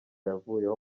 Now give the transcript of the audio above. yavuyeho